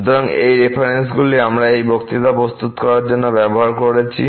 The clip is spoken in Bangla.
সুতরাং এই রেফারেন্সগুলি আমরা এই বক্তৃতা প্রস্তুত করার জন্য ব্যবহার করেছি